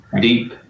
deep